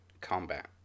combat